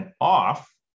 off